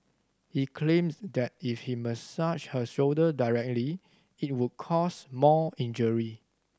he claimed that if he massaged her shoulder directly it would cause more injury